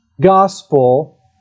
gospel